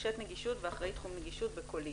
מורשית נגישות ואחראית תחום נגישות 'בקולי'.